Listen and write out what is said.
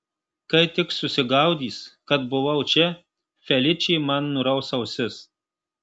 kai tik susigaudys kad buvau čia feličė man nuraus ausis